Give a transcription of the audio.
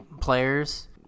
players